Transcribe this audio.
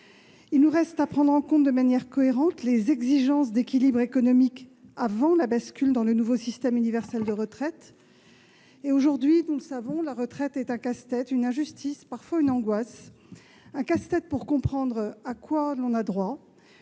il nous reste à prendre en compte de manière cohérente les exigences d'équilibre économique avant la bascule dans le nouveau système universel de retraite. Aujourd'hui, nous le savons, la retraite est un casse-tête, une injustice, parfois une angoisse. Un casse-tête quand il s'agit de comprendre ce à quoi on a droit.